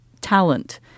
talent